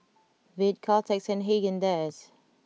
Veet Caltex and Haagen Dazs